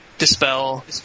Dispel